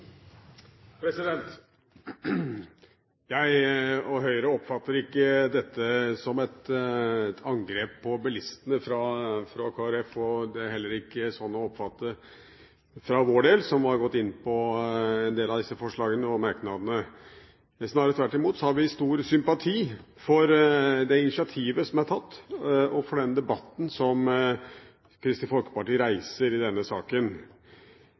Jeg og Høyre oppfatter ikke dette som et angrep på bilistene fra Kristelig Folkeparti, og det er heller ikke sånn å oppfatte fra vår del, som har gått inn på en del av disse forslagene og merknadene. Snarere tvert imot har vi stor sympati for det initiativet som er tatt, og for den debatten som Kristelig Folkeparti reiser i denne saken.